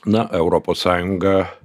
na europos sąjunga